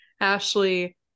Ashley